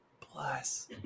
Plus